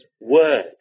word